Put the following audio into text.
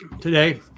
today